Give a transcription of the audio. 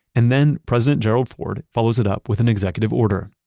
and then president gerald ford follows it up with an executive order.